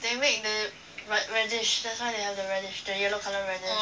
they make the rad~ radish that's why they have the radish the yellow colour radish